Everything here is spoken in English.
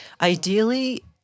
Ideally